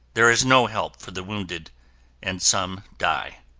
there is no help for the wounded and some die.